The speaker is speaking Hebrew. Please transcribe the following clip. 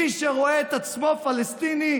מי שרואה את עצמו פלסטיני,